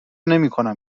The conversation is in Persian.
نمیکنم